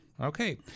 Okay